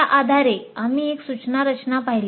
त्या आधारे आम्ही एक सूचना रचना पाहिली